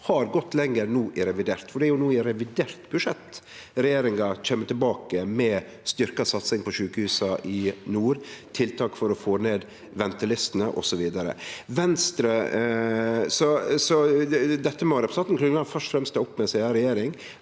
har gått lenger no i revidert. Det er jo no i revidert budsjett regjeringa kjem tilbake med styrkt satsing på sjukehusa i nord, tiltak for å få ned ventelistene osv. Dette må representanten Klungland først og fremst ta opp med si eiga regjering.